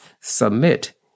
submit